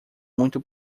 muito